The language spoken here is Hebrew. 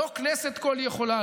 לא כנסת כול-יכולה,